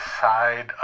side